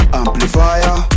amplifier